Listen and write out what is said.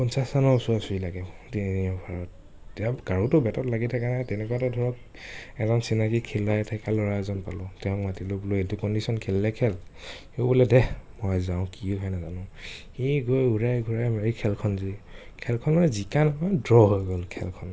পঞ্চাছ ৰাণৰ ওচৰা ওচৰি লাগে তিনি অভাৰত কাৰোতো বেটত লাগি থকা নাই তেনেকুৱাতে ধৰক এজন চিনাকী খেলাই থকা ল'ৰা এজন পালোঁ তেওঁক মাতিলোঁ বোলোঁ এইটো কণ্ডিছন খেলিলে খেল সিওঁ বোলে দেহ ময়ে যাওঁ কি হয় নাজানো সি গৈ উৰাই ঘূৰাই মাৰি খেলখন জি খেলখন মানে জিকা নহ'ল ড্ৰ হৈ গ'ল খেলখন